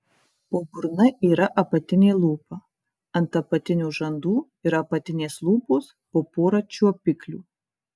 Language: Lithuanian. po burna yra apatinė lūpa ant apatinių žandų ir apatinės lūpos po porą čiuopiklių